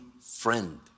friend